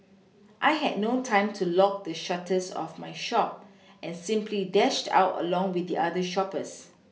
I had no time to lock the shutters of my shop and simply dashed out along with the other shoppers